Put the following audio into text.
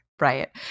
Right